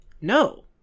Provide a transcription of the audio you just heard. no